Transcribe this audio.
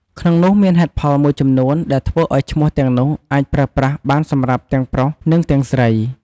ក្នុងនោះមានហេតុផលមួយចំនួនដែលធ្វើឱ្យឈ្មោះទាំងនោះអាចប្រើប្រាស់បានសម្រាប់ទាំងប្រុស និងទាំងស្រី។